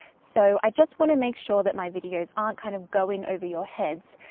so i just wanna make sure that my videos aren't kind of going over your heads.